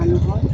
মানুহৰ